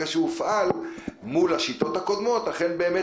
שמראים שמרגע שהכלי הזה הופעל הוא אכן באמת